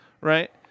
right